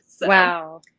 Wow